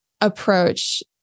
approach